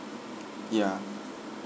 ya